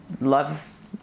love